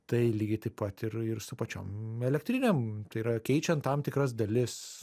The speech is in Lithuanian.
tai lygiai taip pat ir ir su pačiom elektrinėm tai yra keičiant tam tikras dalis